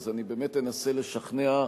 אז אני באמת אנסה לשכנע,